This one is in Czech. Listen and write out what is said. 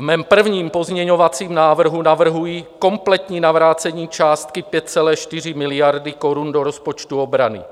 V mém prvním pozměňovacím návrhu navrhuji kompletní navrácení částky 5,4 miliardy korun do rozpočtu obrany,